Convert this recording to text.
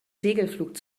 segelflug